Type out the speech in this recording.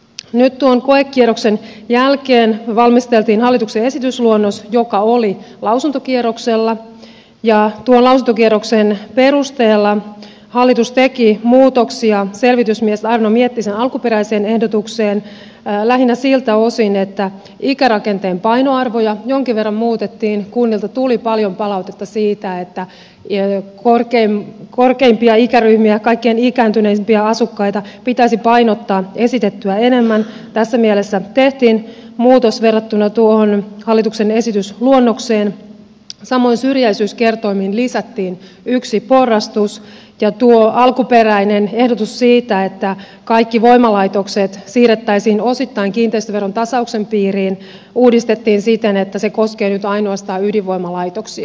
nyt tuon koekierroksen jälkeen valmisteltiin hallituksen esitysluonnos joka oli lausuntokierroksella ja tuon lausuntokierroksen perusteella hallitus teki muutoksia selvitysmies arno miettisen alkuperäiseen ehdotukseen lähinnä siltä osin että ikärakenteen painoarvoja jonkin verran muutettiin kunnilta tuli paljon palautetta siitä että korkeimpia ikäryhmiä kaikkein ikääntyneimpiä asukkaita pitäisi painottaa esitettyä enemmän ja tässä mielessä tehtiin muutos verrattuna tuohon hallituksen esitysluonnokseen samoin syrjäisyyskertoimiin lisättiin yksi porrastus ja alkuperäinen ehdotus siitä että kaikki voimalaitokset siirrettäisiin osittain kiinteistöveron tasauksen piiriin uudistettiin siten että se koskee nyt ainoastaan ydinvoimalaitoksia